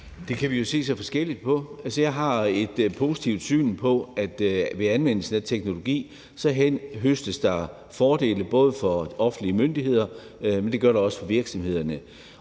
Det kan vi jo se så forskelligt på. Altså, jeg har et positivt syn på det, i forhold til at der ved anvendelse af teknologi høstes fordele, både for offentlige myndigheder, men også for virksomhederne.